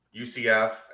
UCF